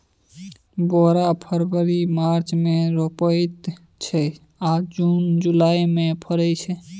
बोरा फरबरी मार्च मे रोपाइत छै आ जुन जुलाई मे फरय छै